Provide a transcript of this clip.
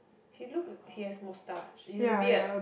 he look he has mustache is a beard